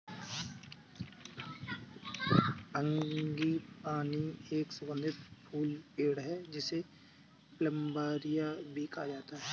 frangipani एक सुगंधित फूल पेड़ है, जिसे प्लंबरिया भी कहा जाता है